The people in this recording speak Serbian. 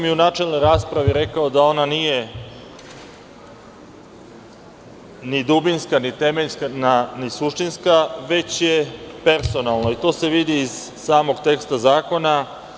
U načelnoj raspravi sam rekao da ona nije ni dubinska, ni temeljna, ni suštinska, već je personalna i to se vidi iz samog teksta zakona.